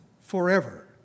forever